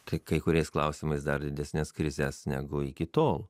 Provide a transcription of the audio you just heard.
kai kai kuriais klausimais dar didesnes krizes negu iki tol